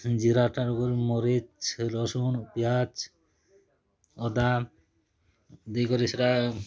ଜିରା ଠାରୁ କରି ମର୍ଚି ସେ ରସୁଣ୍ ପିଆଜ୍ ଅଦା ଦେଇକରି ସେଟା